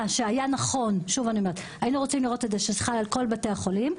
שהיינו רוצים לראות שזה חל על כל בתי החולים,